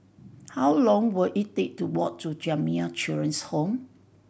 how long will it take to walk to Jamiyah Children's Home